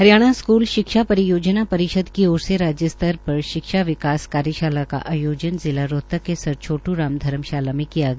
Haryana school शिक्षा परियोजना परिषद हरियाणा की ओर से राज्य स्तर पर शिक्षा विकास कार्यशाला का आयोजन जिला रोहतक के सर छोट् राम धर्मशाला में किया गया